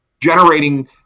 generating